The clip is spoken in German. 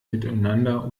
miteinander